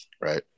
right